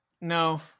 No